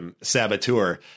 saboteur